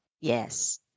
Yes